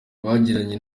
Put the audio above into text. bagiranye